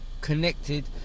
connected